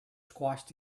squashed